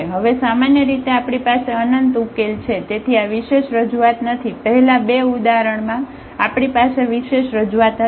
હવે સામાન્ય રીતે આપણી પાસે અનંત ઉકેલ છે તેથી આ વિશેષ રજૂઆત નથી પહેલા બે ઉદાહરણ માં આપણી પાસે વિશેષ રજૂઆત હતી